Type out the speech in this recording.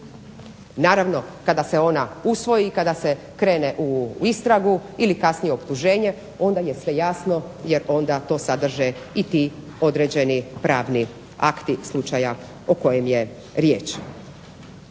Naravno kada se ona usvoji i kada se krene u istragu ili kasnije u optuženje onda je sve jasno jer onda to sadrže i ti određeni pravni akti slučaja o kojem je riječ.